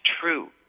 true